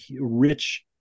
rich